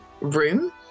room